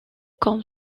comme